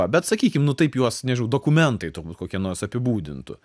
bet sakykim nu taip juos nežinau dokumentai turbūt kokie nors apibūdintų